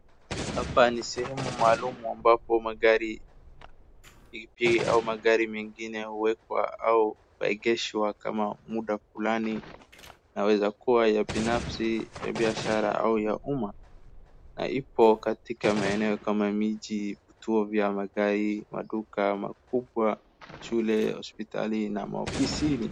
Hapa ni sehemu maalum ambapo magari ipi au magari mengine huwekwa au kuegeshwa kama muda fulani, inaweza kuwa ya binafsi, ya biashara au ya uma na ipo katika maeneo kama miji, vituo vya magari, maduka makubwa, shule, hospitali na maofisini.